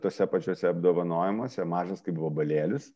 tuose pačiuose apdovanojimuose mažas kaip vabalėlis